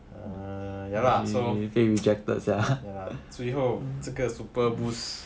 err ya lah so 最后这个 super boost